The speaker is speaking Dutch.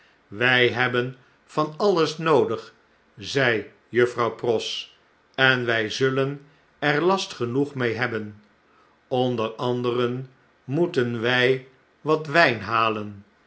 wjj hebben van alles noodig zei juffrouw pross en wij zullen er last genoeg mee hebben onder anderen moeten wjj wat wyn halen